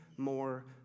More